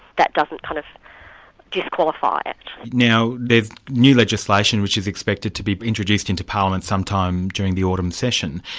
that doesn't kind of disqualify it. now there's new legislation which is expected to be introduced into parliament sometime during the autumn session.